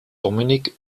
dominik